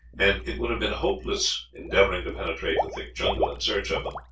and it would have been hopeless endeavoring to penetrate the thick jungle in search of them.